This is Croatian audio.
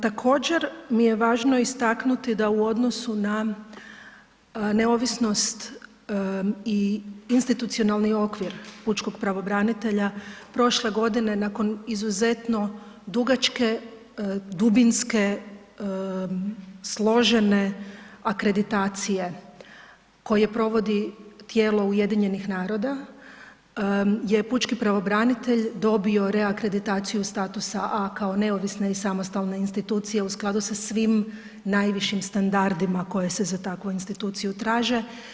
Također mi je važno istaknuti da u odnosu na neovisnost i institucionalni okvir pučkog pravobranitelja, prošle godine nakon izuzetno dugačke, dubinske, složene akreditacije koje provodi tijelo UN-a, je pučki pravobranitelj dobio reakreditaciju statusa A kao neovisne i samostalne institucije u skladu sa svim najvišim standardima koje se za takvu instituciju traže.